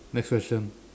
next question